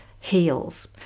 heals